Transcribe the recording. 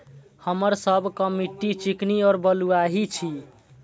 हमर सबक मिट्टी चिकनी और बलुयाही छी?